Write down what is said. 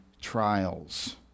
trials